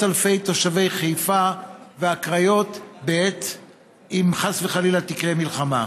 אלפי תושבי חיפה והקריות אם חס וחלילה תקרה מלחמה.